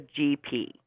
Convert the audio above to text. GP